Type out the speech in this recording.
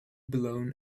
blown